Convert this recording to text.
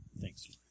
Thanks